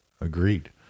Agreed